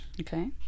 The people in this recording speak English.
Okay